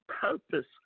purpose